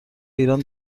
ایران